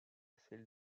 celle